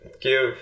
give